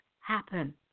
happen